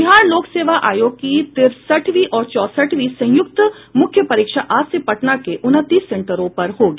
बिहार लोक सेवा आयोग की तिरसठवीं और चौसठवीं संयुक्त मुख्य परीक्षा आज से पटना के उनतीस सेंटरों पर होगी